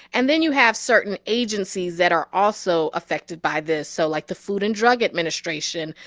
and then you have certain agencies that are also affected by this, so, like, the food and drug administration,